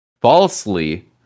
falsely